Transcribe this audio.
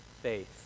faith